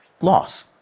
loss